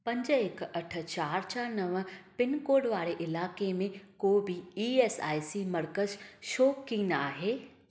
पंज हिकु अठ चारि चारि नव पिनकोड वारे इलाइक़े में को B E S I C मर्कज़ छो कीन आहे